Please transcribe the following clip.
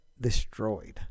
destroyed